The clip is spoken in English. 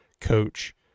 coach